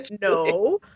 no